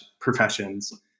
professions